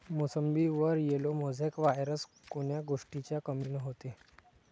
मोसंबीवर yellow mosaic virus कोन्या गोष्टीच्या कमीनं होते?